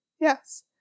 Yes